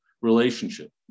relationship